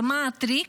ומה הטריק?